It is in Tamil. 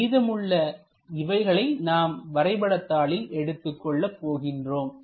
மீதமுள்ள இவைகளை நாம் வரைபட தாளில் எடுத்துக்கொள்ள போகின்றோம்